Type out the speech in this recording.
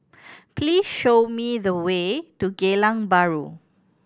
please show me the way to Geylang Bahru